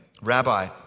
Rabbi